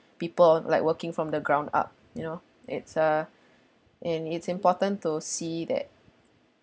people like working from the ground up you know it's a and it's important to see that